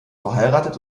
verheiratet